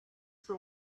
for